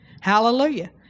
Hallelujah